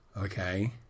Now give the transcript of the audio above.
Okay